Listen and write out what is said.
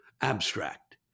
Abstract